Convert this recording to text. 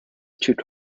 took